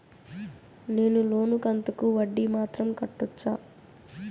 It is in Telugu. నేను లోను కంతుకు వడ్డీ మాత్రం కట్టొచ్చా?